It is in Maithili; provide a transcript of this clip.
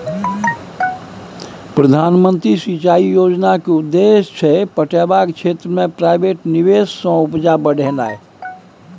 प्रधानमंत्री सिंचाई योजनाक उद्देश्य छै पटेबाक क्षेत्र मे प्राइवेट निबेश सँ उपजा बढ़ेनाइ